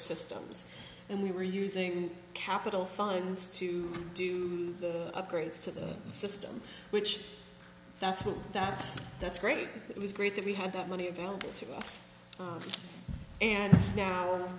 systems and we were using capital funds to do upgrades to the system which that's what that's that's great it was great that we had that money available to us and now